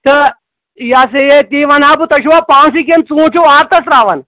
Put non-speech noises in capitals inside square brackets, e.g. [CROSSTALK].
تہٕ یہِ ہسا یہِ تی وَنہٕ ہا بہٕ تۄہہِ چھُوا پانسٕے کِنہٕ ژوٗنٹھۍ چھِو [UNINTELLIGIBLE] ترٛاوَن